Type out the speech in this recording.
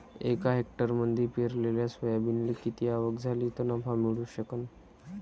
एका हेक्टरमंदी पेरलेल्या सोयाबीनले किती आवक झाली तं नफा मिळू शकन?